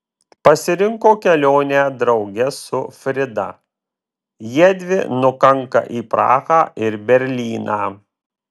pasirinko kelionę drauge su frida jiedvi nukanka į prahą ir berlyną